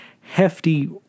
hefty